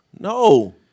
No